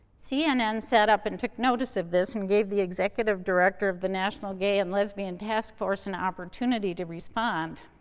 cnn sat up and took notice of this, and gave the executive director of the national gay and lesbian taskforce an opportunity to respond.